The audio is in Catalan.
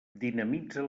dinamitza